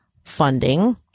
Funding